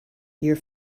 your